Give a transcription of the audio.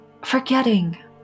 forgetting